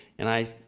and i,